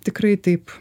tikrai taip